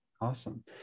Awesome